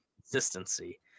Consistency